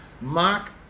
Mark